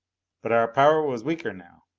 but our power was weaker now.